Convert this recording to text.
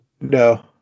no